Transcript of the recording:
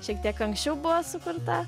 šiek tiek anksčiau buvo sukurta